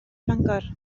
bangor